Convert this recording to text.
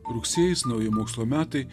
rugsėjis nauji mokslo metai